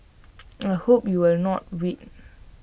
I hope you will not wait